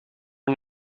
are